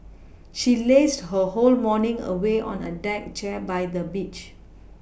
she lazed her whole morning away on a deck chair by the beach